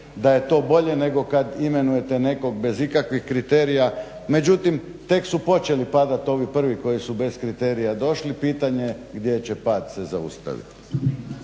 da je to bolje nego kad imenujete nekog bez ikakvih kriterija. Međutim, tek su počeli padat ovi prvi koji su bez kriterija došli. Pitanje je gdje će pad se zaustaviti.